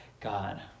God